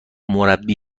مربی